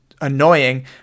annoying